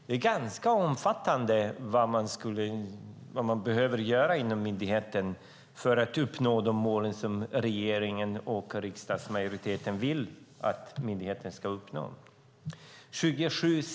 Det är ganska omfattande saker som man behöver göra inom myndigheten för att uppnå de mål som regeringen och riksdagsmajoriteten vill att myndigheten ska uppnå.